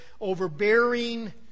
overbearing